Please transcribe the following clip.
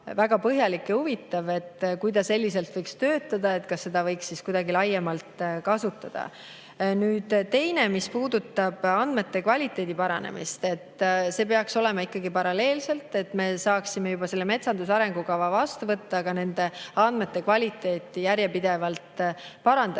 väga põhjalik ja huvitav, et kui see selliselt võiks töötada, kas seda võiks siis kuidagi laiemalt kasutada. Nüüd teine asi, mis puudutab andmete kvaliteedi paranemist. See peaks toimuma ikkagi paralleelselt, et me saaksime metsanduse arengukava vastu võtta, aga ka nende andmete kvaliteeti järjepidevalt